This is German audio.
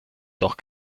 doch